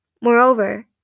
Moreover